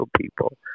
people